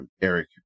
Eric